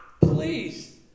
Please